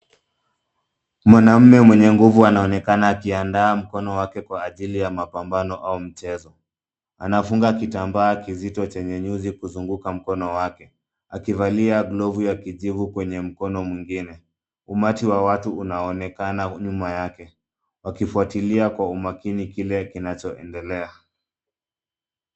Mwanamume mwenye nguvu anaonekana akiandaa mkono wake kwa ajili ya mapambano au mchezo. Anafunga kitambaa kizito chenye nyuzi, kuzunguka mkono wake akivalia glovu ya kijivu kwenye mkono mwingine. Umati wa watu unaonekana nyuma yake, wakifuatilia kwa umakini kile kinachoendelea.